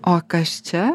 o kas čia